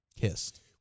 kissed